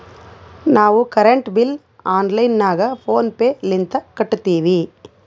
ನಾವು current bill online ನಾಗ PhonePe ಲಿಂತ ಕಟ್ಟತ್ತಿವಿ